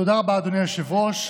תודה רבה, אדוני היושב-ראש.